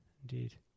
indeed